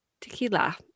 tequila